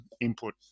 input